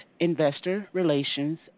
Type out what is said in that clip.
InvestorRelations